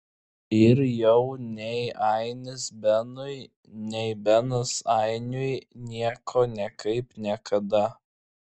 ir jau nei ainis benui nei benas ainiui nieko niekaip niekada